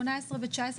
18' ו-19',